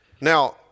Now